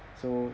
so